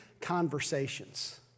Conversations